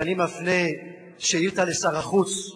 שכשאני מפנה שאילתא לשר החוץ,